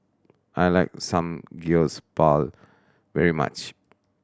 I like Samgyeopsal very much